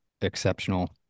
exceptional